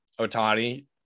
Otani